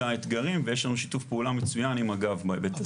האתגרים ויש לנו שיתוף פעולה מצוין עם מג"ב בהיבט הזה.